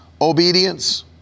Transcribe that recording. Obedience